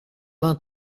vingt